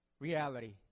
reality